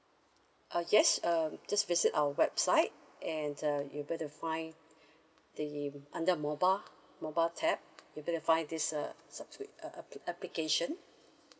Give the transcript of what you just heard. uh yes um just visit our website and uh you got to find the under mobile mobile tab you got to find this uh subscribe uh appli~ application